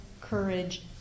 courage